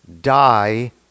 die